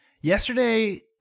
Yesterday